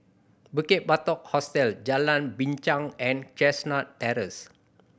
Bukit Batok Hostel Jalan Binchang and Chestnut Terrace